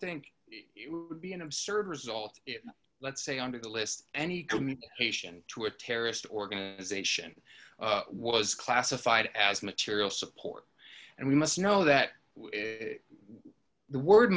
think it would be an absurd result let's say under the list any communication to a terrorist organisation was classified as material support and we must know that the word